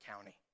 county